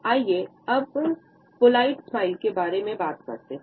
आइये अब polite smile के बारे में बात करते हैं